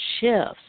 shifts